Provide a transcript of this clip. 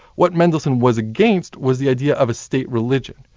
what mendelssohn was against was the idea of a state religion.